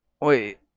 Wait